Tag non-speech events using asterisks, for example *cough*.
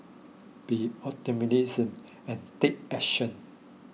be *unintelligible* and take action